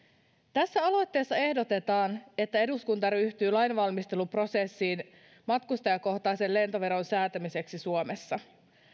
tässä aloitteessa ehdotetaan että eduskunta ryhtyy lainvalmisteluprosessiin matkustajakohtaisen lentoveron säätämiseksi suomessa